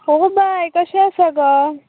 ओ बाय कशें आसा गो